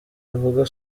rivuga